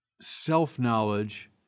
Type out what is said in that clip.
self-knowledge